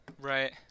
Right